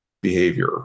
behavior